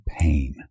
pain